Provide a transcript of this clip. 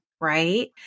Right